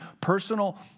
Personal